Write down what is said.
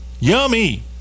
yummy